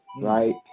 right